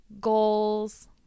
goals